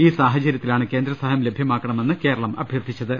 ഈ സാഹചര്യത്തിലാണ് കേന്ദ്രസഹായം ലഭ്യമാക്കണമെന്ന് കേരളം അഭ്യർത്ഥിച്ചത്